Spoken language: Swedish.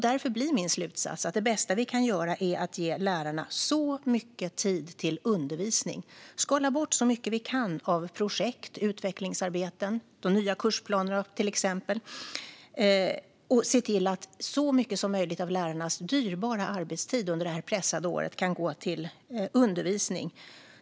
Därför blir min slutsats att det bästa vi kan göra är att ge lärarna så mycket tid till undervisning som möjligt - skala bort så mycket vi kan av projekt och utvecklingsarbeten, till exempel de nya kursplanerna, och i stället se till att så mycket som möjligt av lärarnas dyrbara arbetstid under det här pressade året kan gå till undervisning.